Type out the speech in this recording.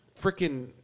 freaking